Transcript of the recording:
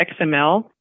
XML